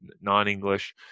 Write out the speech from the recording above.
non-English